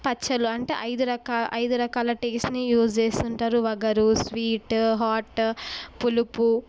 పచ్చడ్లు అంటే ఐదు రకా ఐదు రకాల టేస్ట్ని యూస్ చేస్తుంటారు వగరు స్వీట్ హాట్ పులుపు